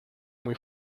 muy